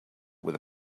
with